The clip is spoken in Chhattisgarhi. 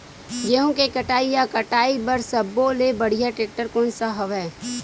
गेहूं के कटाई या कटाई बर सब्बो ले बढ़िया टेक्टर कोन सा हवय?